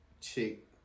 Chick